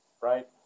right